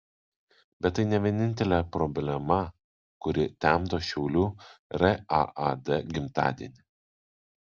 bet tai ne vienintelė problema kuri temdo šiaulių raad gimtadienį